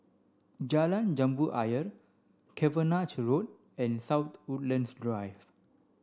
Jalan Jambu Ayer Cavenagh Road and South Woodlands Drive